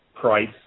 price